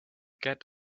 get